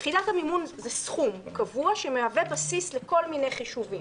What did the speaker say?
יחידת המימון היא סכום קבוע שמהווה בסיס לכל מיני חישובים,